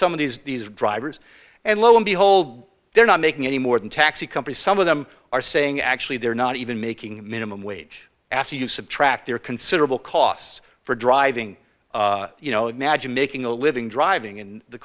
some of these these drivers and lo and behold they're not making any more than taxi companies some of them are saying actually they're not even making minimum wage after you subtract their considerable costs for driving you know imagine making a living driving and the